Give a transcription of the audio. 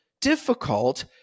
difficult